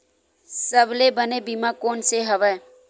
सबले बने बीमा कोन से हवय?